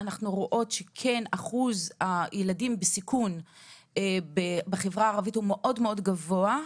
אנחנו רואות שאחוז הילדים בסיכון בחברה הערבית הוא מאוד-מאוד גבוה,